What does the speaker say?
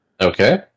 Okay